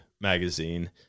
magazine